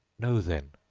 know, then,